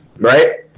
right